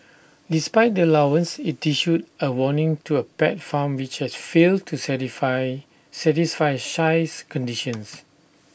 despite the allowance IT issued A warning to A pet farm which has failed to certify satisfy size conditions